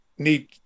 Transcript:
Need